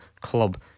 club